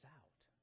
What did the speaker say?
out